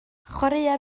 chwaraea